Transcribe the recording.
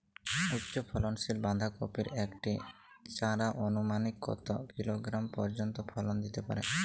উচ্চ ফলনশীল বাঁধাকপির একটি চারা আনুমানিক কত কিলোগ্রাম পর্যন্ত ফলন দিতে পারে?